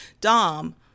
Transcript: Dom